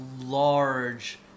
large